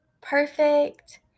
perfect